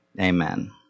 Amen